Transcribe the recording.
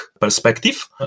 perspective